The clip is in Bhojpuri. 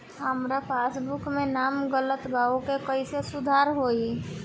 हमार पासबुक मे नाम गलत बा ओके कैसे सुधार होई?